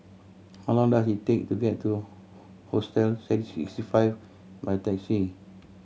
how long does it take to get to Hostel Sixty Five by taxi